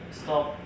stop